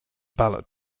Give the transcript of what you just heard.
ballot